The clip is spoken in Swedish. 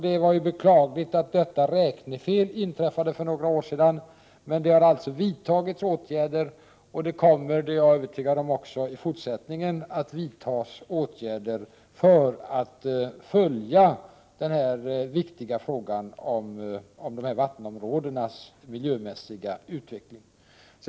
Det var beklagligt att detta räknefel inträffade för några år sedan, men det har alltså vidtagits åtgärder, och jag är övertygad om att det också i fortsättningen kommer att vidtas åtgärder för att följa upp denna viktiga fråga om dessa vattenområdens miljömässiga utveckling.